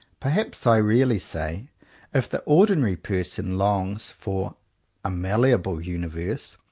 perhaps i really say if the ordinary person longs for a malleable universe,